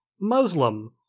Muslim